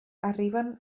arriben